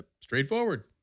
straightforward